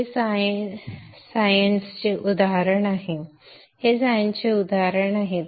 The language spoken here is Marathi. हे सायनचे उदाहरण आहे